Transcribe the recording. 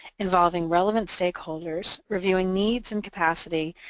involving relevant stakeholders, reviewing needs and capacity,